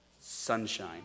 Sunshine